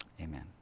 Amen